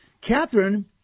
Catherine